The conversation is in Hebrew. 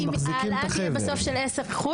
אם בסוף ההעלאה תהיה של עשרה אחוז